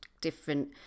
different